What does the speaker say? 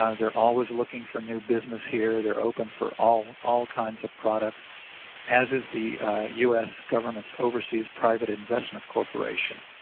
ah theyire always looking for new business here theyire open for all kinds kinds of products as is the u s. governments oversees private investment corporation